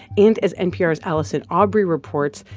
and as npr's allison aubrey reports,